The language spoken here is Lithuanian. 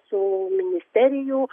su ministerijų